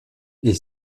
est